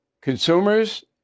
Consumers